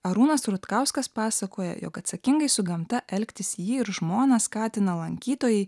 arūnas rutkauskas pasakoja jog atsakingai su gamta elgtis jį ir žmoną skatina lankytojai